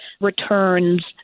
returns